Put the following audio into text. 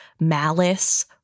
malice